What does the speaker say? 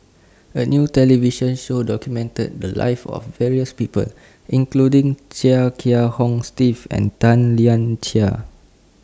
A New television Show documented The Lives of various People including Chia Kiah Hong Steve and Tan Lian Chye